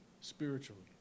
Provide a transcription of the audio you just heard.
spiritually